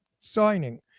signing